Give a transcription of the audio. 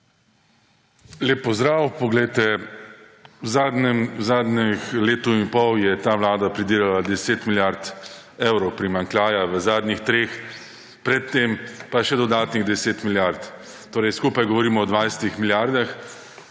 Lep pozdrav! Poglejte, v zadnjem letu in pol je ta vlada pridelala 10 milijard evrov primanjkljaja, v zadnjih treh pred tem pa še dodatnih 10 milijard. Torej skupaj govorimo o 20 milijardah.